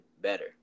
better